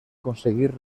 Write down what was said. conseguir